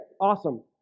awesome